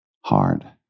hard